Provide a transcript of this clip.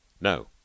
No